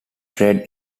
trade